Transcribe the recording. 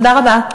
תודה רבה.